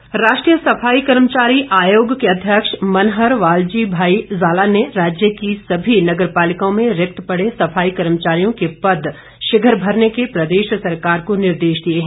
जाला राष्ट्रीय सफाई कर्मचारी आयोग के अध्यक्ष मनहर वालजी भाई जाला ने राज्य की सभी नगर पालिकाओं में रिक्त पड़े सफाई कर्मचारियों के पद शीघ भरने के प्रदेश सरकार को निर्देश दिए हैं